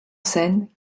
scène